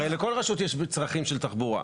הרי לכל רשות יש צרכים של תחבורה.